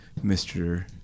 Mr